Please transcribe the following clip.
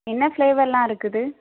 என்ன ஃப்ளேவர்லாம் இருக்குது